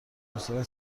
حوصلش